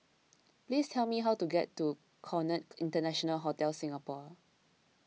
please tell me how to get to Conrad International Hotel Singapore